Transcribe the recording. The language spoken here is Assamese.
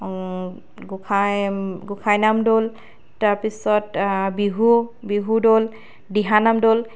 গোঁসাই গোঁসাই নাম দল তাৰপিছত বিহু বিহু দল দিহা নাম দল